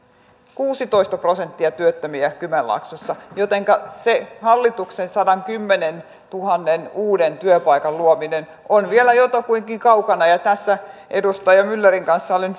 kuusitoista prosenttia työttömiä kymenlaaksossa jotenka se hallituksen sadankymmenentuhannen uuden työpaikan luominen on vielä jotakuinkin kaukana ja edustaja myllerin kanssa olen